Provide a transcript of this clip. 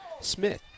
Smith